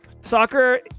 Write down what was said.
Soccer